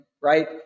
right